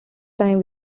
time